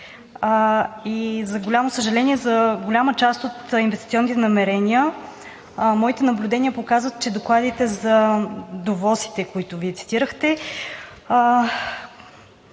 6. За голямо съжаление, за голяма част от инвестиционните намерения моите наблюдения показват, че докладите за ОВОС-ите, които Вие цитирахте,